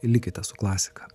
likite su klasika